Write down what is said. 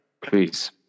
Please